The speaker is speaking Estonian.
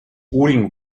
uuringu